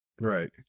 Right